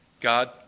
God